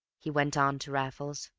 he went on to raffles.